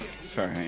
Sorry